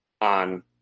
on